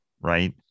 right